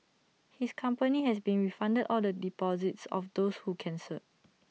his company has been refunded all the deposits of those who cancelled